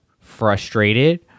frustrated